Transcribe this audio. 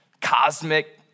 cosmic